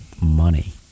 money